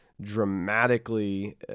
dramatically